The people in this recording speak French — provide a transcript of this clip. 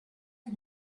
que